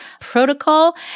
protocol